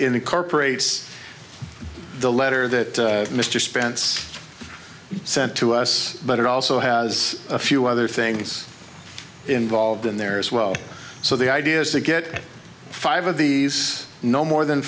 incorporates the letter that mr spence sent to us but it also has a few other things involved in there as well so the idea is to get five of these no more than